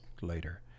later